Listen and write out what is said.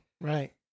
Right